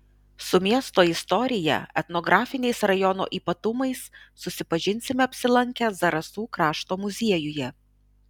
su miesto istorija etnografiniais rajono ypatumais susipažinsime apsilankę zarasų krašto muziejuje